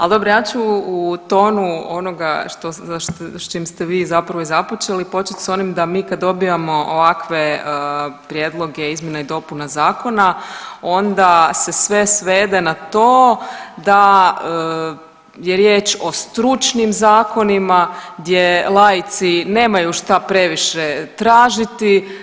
Ali dobro, ja ću u tonu onoga s čim ste vi zapravo i započeli počet s onim da mi kad dobijamo ovakve prijedloge izmjena i dopuna zakona onda se sve svede na to da je riječ o stručnim zakonima gdje laici nemaju šta previše tražiti.